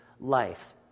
life